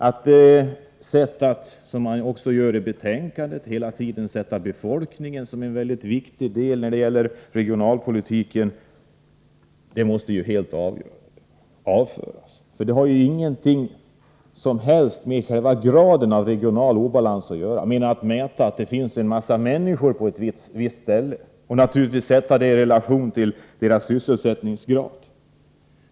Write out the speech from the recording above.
Att såsom sker i betänkandet hela tiden se befolkningen som en väldigt viktig del av regionalpolitiken måste ju helt förkastas. Det har inte något som helst med själva graden av regional obalans att göra. Man kan inte mer än mäta att det finns en massa människor på ett visst ställe och sätta detta i relation till deras sysselsättningsgrad.